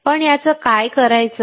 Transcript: पण याचं काय करायचं